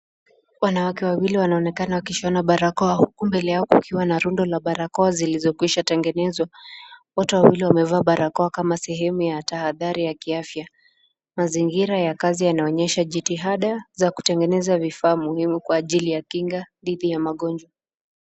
Wanawake wawili wanaonekana wakishona barakoa uku mbele yao kukiwa na rundo la barakoa zilizokwisha tegenezwa. Wote wawili wamevaa barakoa kama sehemu ya tahadhari ya kiafya. Mazingira ya kazi yanaonyesha jitihada za kutegeneza vifaa muhimu kwa ajili ya kinga dhidi ya magonjwa.